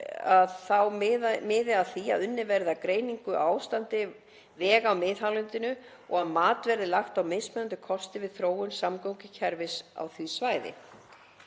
miðar að því að unnið verði að greiningu á ástandi vega á miðhálendinu og að mat verði lagt á mismunandi kosti við þróun samgöngukerfis á því svæði.